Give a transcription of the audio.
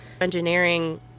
engineering